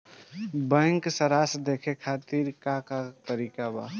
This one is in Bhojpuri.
बैंक सराश देखे खातिर का का तरीका बा?